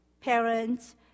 parents